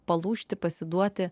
palūžti pasiduoti